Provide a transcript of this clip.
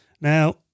Now